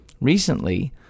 Recently